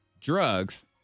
drugs